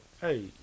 hey